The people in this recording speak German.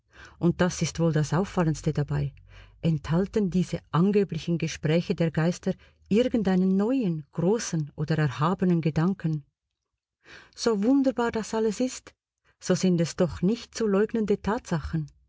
und das ist wohl das auffallendste dabei enthalten diese angeblichen gespräche der geister irgend einen neuen großen oder erhabenen gedanken so wunderbar das alles ist so sind es doch nicht zu leugnende tatsachen